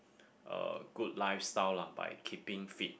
a good lifestyle lah by keeping fit